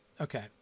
Okay